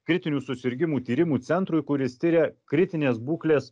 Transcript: kritinių susirgimų tyrimų centrui kuris tiria kritinės būklės